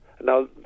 Now